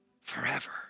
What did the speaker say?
forever